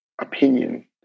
opinion